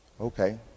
okay